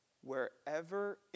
wherever